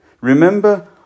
Remember